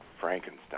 Frankenstein